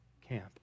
camp